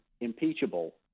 impeachable